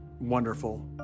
wonderful